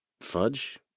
fudge